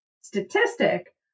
statistic